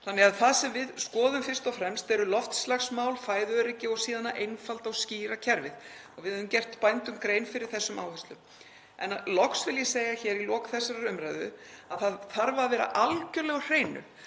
Þannig að það sem við skoðum fyrst og fremst eru loftslagsmál, fæðuöryggi og síðan að einfalda og skýra kerfið og við höfum gert bændum grein fyrir þessum áherslum. Loks vil ég segja hér í lok þessarar umræðu að það þarf að vera algjörlega á hreinu